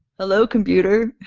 hello computer.